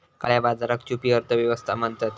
काळया बाजाराक छुपी अर्थ व्यवस्था म्हणतत